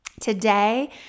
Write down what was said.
today